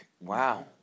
Wow